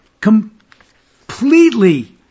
completely